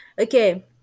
okay